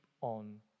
on